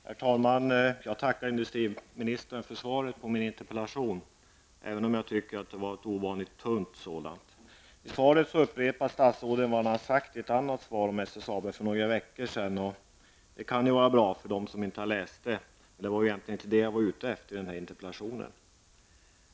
Herr talman! Jag tackar industriministern för svaret på min interpellation, även om jag tycker att det är ett ovanligt tunt svar. I svaret upprepar statsrådet vad han har sagt i ett annat svar om SSAB för några veckor sedan, och det kan ju vara bra för dem som inte har läst det. Men det var inte det jag var ute efter när jag ställde min interpellation.